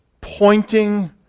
pointing